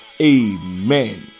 Amen